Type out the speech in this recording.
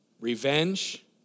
Revenge